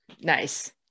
Nice